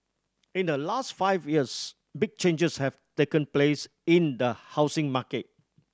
in the last five years big changes have taken place in the housing market